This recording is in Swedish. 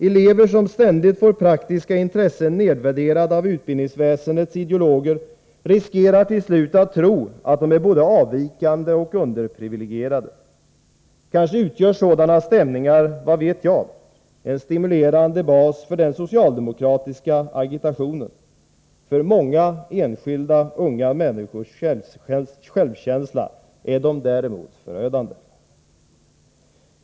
Elever som ständigt får praktiska intressen nedvärderade av utbildningsväsendets ideologer riskerar till slut att tro att de är både avvikande och underprivilegierade. Kanske utgör sådana stämningar — vad vet jag? — en stimulerande bas för den socialdemokratiska agitationen. För många enskilda unga människors självkänsla är de däremot förödande.